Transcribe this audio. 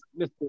Mr